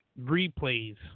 replays